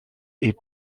est